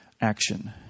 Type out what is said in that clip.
action